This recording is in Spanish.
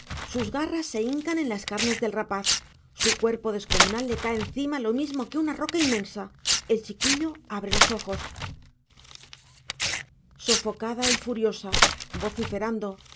sus garras se hincan en las carnes del rapaz su cuerpo descomunal le cae encima lo mismo que una roca inmensa el chiquillo abre los ojos sofocada y furiosa vociferando